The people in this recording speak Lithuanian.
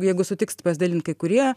jeigu sutikst pasidalint kai kurie